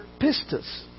pistos